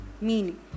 meaning